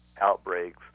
outbreaks